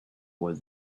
was